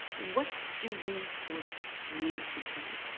what do women's sports need to do?